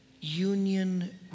union